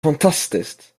fantastiskt